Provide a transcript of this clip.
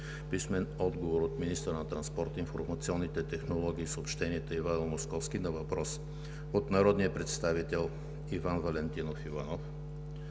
Стоилов; - министъра на транспорта, информационните технологии и съобщенията Ивайло Московски на въпрос от народния представител Иван Валентинов Иванов;